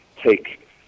take